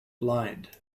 blind